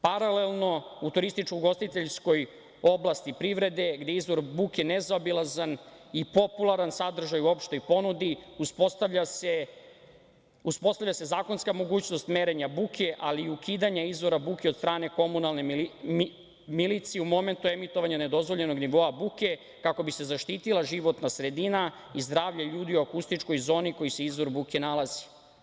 Paralelno, u turističko-ugostiteljskoj oblasti privrede, gde je izvor buke nezaobilazan i popularan sadržaj u opštoj ponudi, uspostavlja se zakonska mogućnost merenja buke, ali i ukidanja izvora buke od strane komunalne milicije u momentu emitovanja nedozvoljenog nivoa buke, kako bi se zaštitila životna sredina i zdravlje ljudi u akustičnoj zoni u kojoj se izvor buke nalazi.